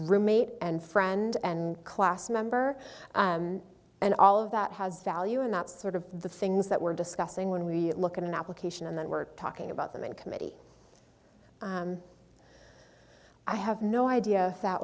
roommate and friend and class member and all of that has value in that sort of the things that we're discussing when we look at an application and then we're talking about them in committee i have no idea that